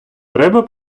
треба